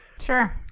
Sure